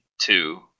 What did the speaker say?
two